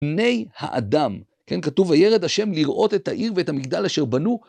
פני האדם, כתוב וירד השם לראות את העיר ואת המגדל אשר בנו.